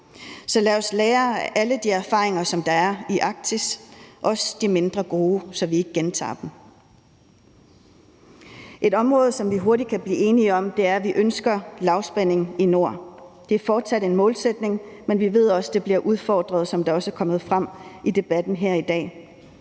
Så lad os lære af alle de erfaringer, der er i Arktis, også de mindre gode, så vi ikke gentager dem. Et område, som vi hurtigt kan blive enige om, er, at vi ønsker lavspænding i Norden. Det er fortsat en målsætning, men vi ved, at den bliver udfordret, som det også er kommet frem i debatten her i dag.